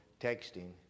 texting